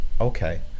Okay